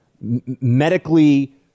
medically